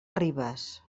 ribes